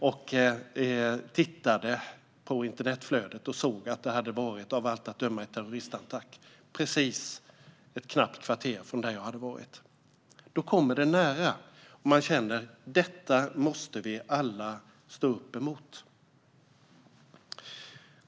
Jag tittade på internetflödet och såg att det av allt att döma hade varit en terroristattack precis ett knappt kvarter från där jag hade varit. Då kommer det nära, och man känner: Detta måste vi alla stå upp emot.